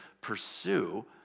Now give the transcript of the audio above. pursue